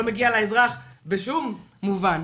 לא מגיע לאזרח בשום מובן,